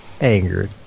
angered